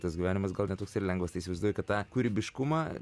tas gyvenimas gal ne toks ir lengvas tai įsivaizduoju kad tą kūrybiškumą